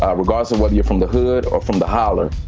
um regardless of whether you're from the hood or from the holler,